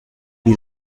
wie